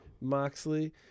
Moxley